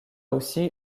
aussi